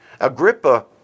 Agrippa